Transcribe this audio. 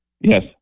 Yes